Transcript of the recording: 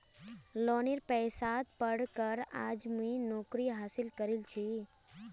लोनेर पैसात पढ़ कर आज मुई नौकरी हासिल करील छि